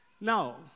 Now